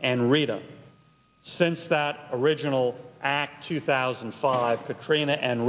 and rita since that original act two thousand and five